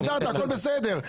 הכול בסדר.